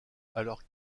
alors